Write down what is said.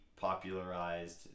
popularized